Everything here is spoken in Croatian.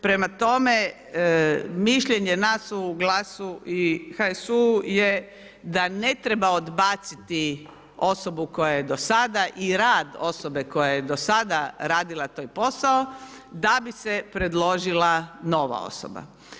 Prema tome, mišljenje nas u GLAS-u i HSU-u je da ne treba odbaciti osobu koja je do sada i rad osobe koja je do sada radila taj posao, da bi se predložila nova osoba.